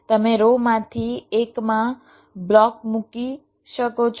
તમે રો માંથી એકમાં બ્લોક મૂકી શકો છો